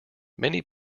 many